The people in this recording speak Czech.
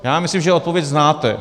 Já myslím, že odpověď znáte.